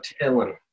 telling